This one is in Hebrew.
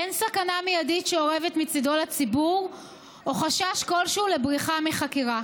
אין סכנה מיידית שאורבת לציבור מצידו או חשש כלשהו לבריחה מחקירה.